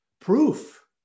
Proof